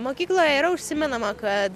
mokykloje yra užsimenama kad